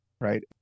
Right